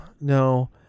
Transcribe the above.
no